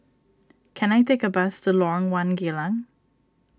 can I take a bus to Lorong one Geylang